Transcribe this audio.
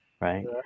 right